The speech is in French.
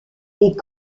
les